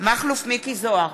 מכלוף מיקי זוהר,